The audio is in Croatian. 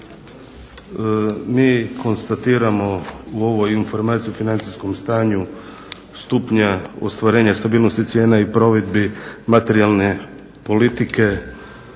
Mi konstatiramo u ovoj informaciji o financijskom stanju stupnja ostvarenja stabilnosti cijena i provedbi materijalne politike